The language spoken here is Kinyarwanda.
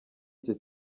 icyo